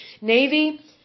Navy